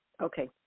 Okay